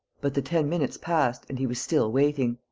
but the ten minutes passed and he was still waiting.